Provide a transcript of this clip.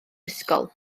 ysgol